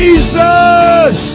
Jesus